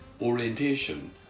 orientation